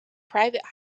private